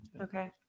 Okay